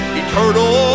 eternal